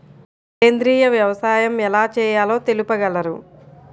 సేంద్రీయ వ్యవసాయం ఎలా చేయాలో తెలుపగలరు?